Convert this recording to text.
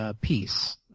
piece